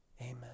Amen